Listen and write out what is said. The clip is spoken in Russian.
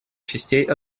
частей